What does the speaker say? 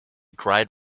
cried